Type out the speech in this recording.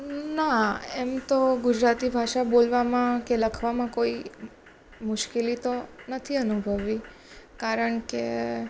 ના એમ તો ગુજરાતી ભાષા બોલવામાં કે લખવામાં કોઈ મુશ્કેલી તો નથી અનુભવી કારણ કે